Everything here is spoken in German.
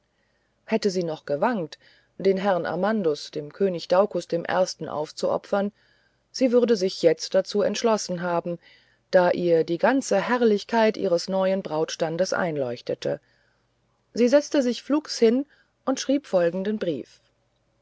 hätte sie noch geschwankt den herrn amandus dem könige daucus dem ersten aufzuopfern sie würde sich jetzt dazu entschlossen haben da ihr die ganze herrlichkeit ihres neuen brautstandes einleuchtete sie setzte sich flugs hin und schrieb folgenden brief